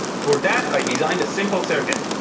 for that, i designed a simple circuit.